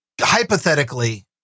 hypothetically